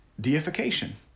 deification